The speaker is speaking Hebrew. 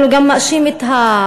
אבל הוא גם מאשים את המוחלשים,